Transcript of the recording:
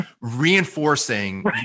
reinforcing